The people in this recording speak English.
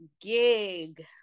gig